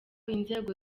inzego